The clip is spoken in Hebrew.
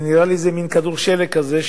ונראה לי שזה מין כדור שלג כזה,